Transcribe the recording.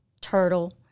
turtle